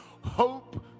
Hope